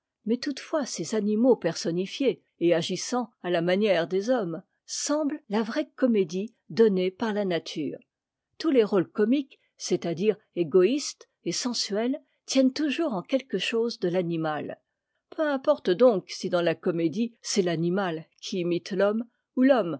mais toutefois ces animaux